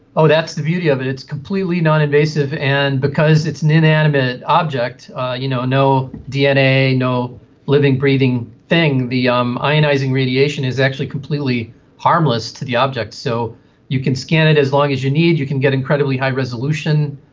that's the beauty of it, it's completely non-invasive, and because it's an inanimate object you know no dna, no living, breathing thing the um ionising radiation is actually completely harmless to the objects. so you can scan it as long as you need, you can get incredibly high resolution.